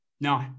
No